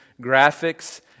graphics